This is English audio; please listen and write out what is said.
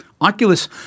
Oculus